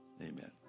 amen